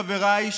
חבריי,